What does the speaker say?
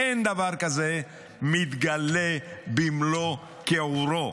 מאיר, אין דבר כזה, מתגלה במלוא כיעורו.